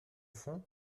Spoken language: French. fond